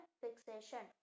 fixation